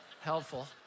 helpful